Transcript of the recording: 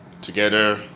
Together